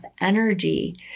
energy